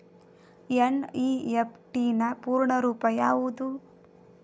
NEFT ನ ಪೂರ್ಣ ರೂಪ ಯಾವುದು?